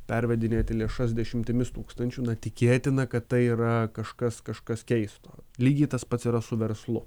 pervedinėti lėšas dešimtimis tūkstančių tikėtina kad tai yra kažkas kažkas keisto lygiai tas pats yra su verslu